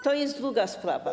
To jest druga sprawa.